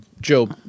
Joe